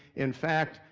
in fact,